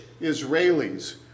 Israelis